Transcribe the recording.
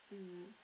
mm